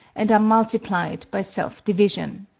and are multiplied by self-division.